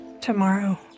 Tomorrow